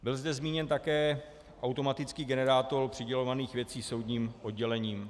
Byl zde zmíněn také automatický generátor přidělovaných věcí soudním oddělením.